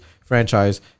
franchise